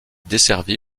desservi